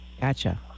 gotcha